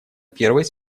первой